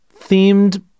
themed